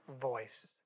voice